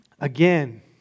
Again